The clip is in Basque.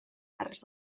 harrez